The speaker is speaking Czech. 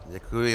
Děkuji.